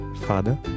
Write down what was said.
Father